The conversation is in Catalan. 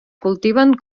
cultiven